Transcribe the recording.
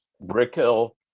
Brickhill